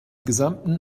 gesamten